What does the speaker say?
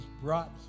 brought